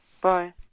Bye